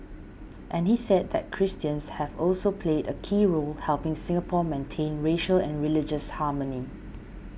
and he said that Christians have also played a key role helping Singapore maintain racial and religious harmony